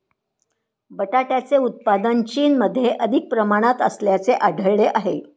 बटाट्याचे उत्पादन चीनमध्ये अधिक प्रमाणात असल्याचे आढळले आहे